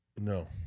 No